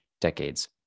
decades